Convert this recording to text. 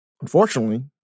Unfortunately